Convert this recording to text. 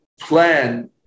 plan